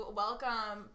welcome